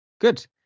Good